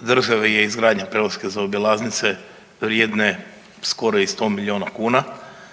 države je izgradnja preloške zaobilaznice vrijedne skoro i 100 milijuna,